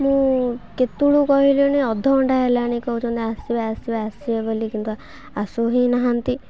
ମୁଁ କେତେବେଳୁ କହିଲିଣି ଅଧଘଣ୍ଟା ହେଲାଣି କହୁଛନ୍ତି ଆସିବେ ଆସିବେ ଆସିବେ ବୋଲି କିନ୍ତୁ ଆସୁ ହିଁ ନାହାନ୍ତି